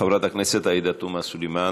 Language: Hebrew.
חברת הכנסת עאידה תומא סלימאן,